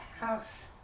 house